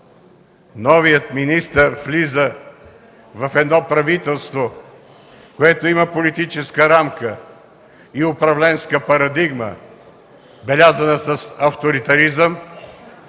Новият министър влиза в едно правителството, което има политическа рамка и управленска парадигма, белязана с авторитаризъм,